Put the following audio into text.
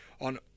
on